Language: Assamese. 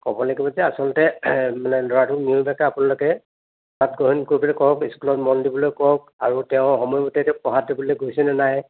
ক'ব লাগিব যে আচলতে মানে ল'ৰাটোক নিয়মীয়াকৈ আপোনালোকে তাক কওক স্কুলত মন দিবলৈ কওক আৰু তেওঁ সময়মতে এতিয়া পঢ়া টেবুললৈ গৈছেনে নাই